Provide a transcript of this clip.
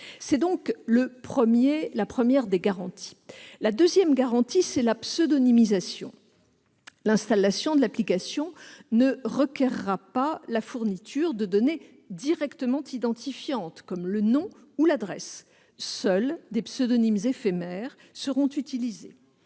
que j'ai citée tout à l'heure. La deuxième garantie, c'est la pseudonymisation. L'installation de l'application ne requerra pas la fourniture de données directement identifiantes comme le nom ou l'adresse. Seuls des pseudonymes éphémères seront utilisés,